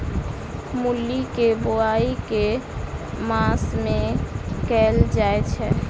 मूली केँ बोआई केँ मास मे कैल जाएँ छैय?